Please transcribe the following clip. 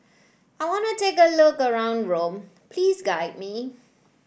I want to have a look around Rome please guide me